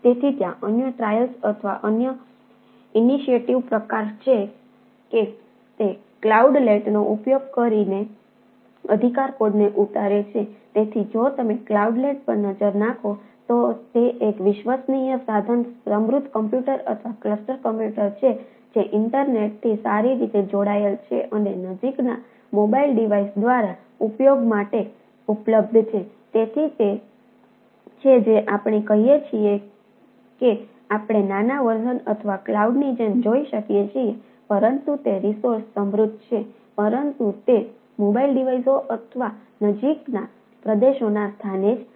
તેથી ત્યાં અન્ય ટ્રાયલ્સ અથવા ક્લાઉડની જેમ જોઈ શકીએ છીએ પરંતુ તે રિસોર્સ સમૃદ્ધ છે પરંતુ તે મોબાઇલ ડિવાઇસો અથવા નજીકના પ્રદેશોના સ્થાને જ છે